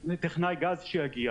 לטכנאי גז שיגיע